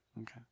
Okay